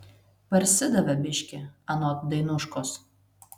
parsidavė biškį anot dainuškos